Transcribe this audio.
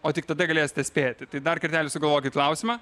o tik tada galėsite spėti tai dar kartelį sugalvokit klausimą